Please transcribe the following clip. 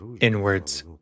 inwards